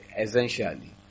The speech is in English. essentially